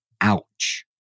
Ouch